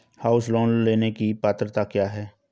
House loan लेने की पात्रता क्या है?